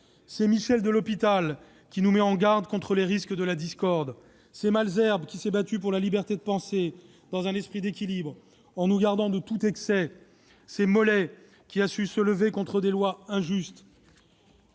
C'est Michel de L'Hospital, qui nous met en garde contre les risques de la discorde. C'est Malesherbes, qui s'est battu pour la liberté de pensée dans un esprit d'équilibre, en nous gardant de tout excès. C'est Molé, qui a su se lever contre des lois injustes.